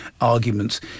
arguments